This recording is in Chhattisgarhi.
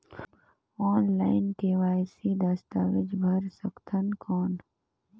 ऑनलाइन के.वाई.सी दस्तावेज भर सकथन कौन?